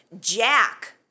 Jack